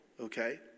okay